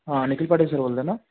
हां निखिल पाटील सर बोलत आहेत ना